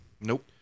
Nope